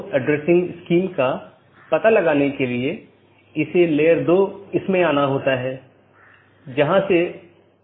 BGP सत्र की एक अवधारणा है कि एक TCP सत्र जो 2 BGP पड़ोसियों को जोड़ता है